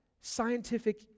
scientific